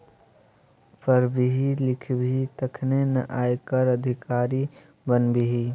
पढ़बिही लिखबिही तखने न आयकर अधिकारी बनबिही